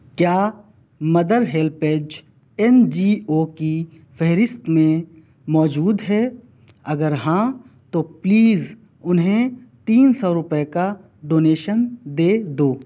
کیا mother HelpAge N G O کی فہرست میں موجود ہے اگر ہاں تو پلیز انہیں تین سو روپے کا ڈونیشن دے دو